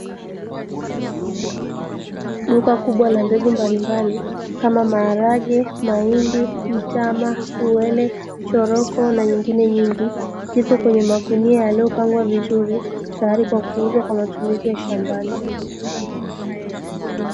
Duka kubwa la mbegu mbalimbali kama: maharage, mahindi, mtama, wele, choroko na nyingine nyingi; zipo kwenye magunia yaliyopangwa vizuri tayari kwa kuuzwa kwa matumizi ya shambani.